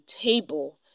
table